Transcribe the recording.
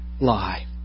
lie